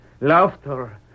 Laughter